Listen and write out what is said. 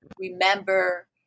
remember